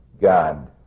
god